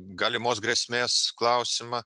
galimos grėsmės klausimą